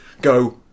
go